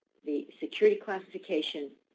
the security classification,